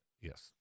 Yes